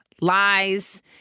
lies